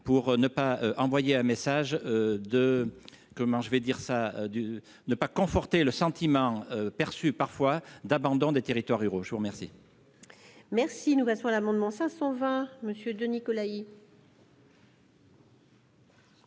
comment je vais dire ça de ne pas conforter le sentiment perçu parfois d'abandon des territoires ruraux, je vous remercie. Merci, nous passons à l'amendement 520 monsieur de Nikolaï.